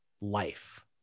life